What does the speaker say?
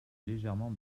légèrement